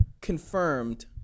confirmed